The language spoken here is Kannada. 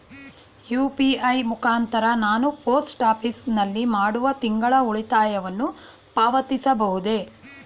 ಯು.ಪಿ.ಐ ಮುಖಾಂತರ ನಾನು ಪೋಸ್ಟ್ ಆಫೀಸ್ ನಲ್ಲಿ ಮಾಡುವ ತಿಂಗಳ ಉಳಿತಾಯವನ್ನು ಪಾವತಿಸಬಹುದೇ?